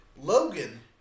Logan